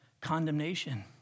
condemnation